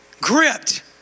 gripped